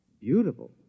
Beautiful